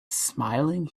smiling